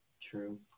true